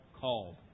called